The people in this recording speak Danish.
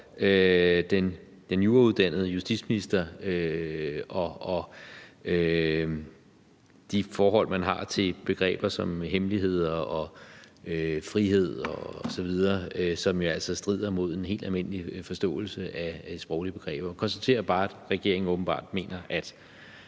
den jurauddannede justitsminister og det forhold, man har til begreber som hemmelighed og frihed osv., som jo altså strider imod en helt almindelig forståelse af de sproglige begreber. Jeg konstaterer bare, at regeringen åbenbart mener, at